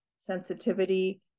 sensitivity